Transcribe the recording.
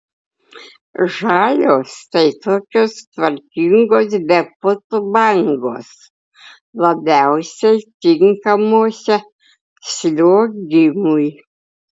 žalios tai tokios tvarkingos be putų bangos labiausiai tinkamuose sliuogimui